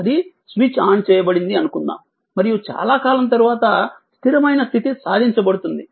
అది switch on చేయబడింది అనుకుందాం మరియు చాలా కాలం తరువాత స్థిరమైన స్థితి సాధించబడుతుంది